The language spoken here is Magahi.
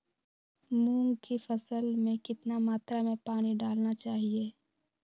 मूंग की फसल में कितना मात्रा में पानी डालना चाहिए?